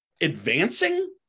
advancing